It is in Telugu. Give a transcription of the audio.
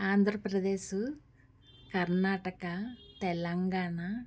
ఆంధ్ర ప్రదేశు కర్ణాటక తెలంగాణ